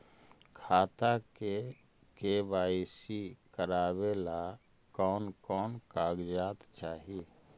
खाता के के.वाई.सी करावेला कौन कौन कागजात चाही?